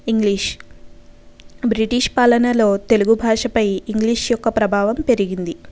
English British పాలనలో తెలుగు భాషపై English యొక్క ప్రభావం పెరిగింది